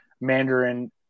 mandarin